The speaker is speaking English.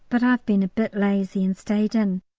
but i've been a bit lazy and stayed in,